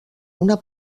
una